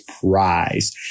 prize